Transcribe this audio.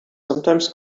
sometimes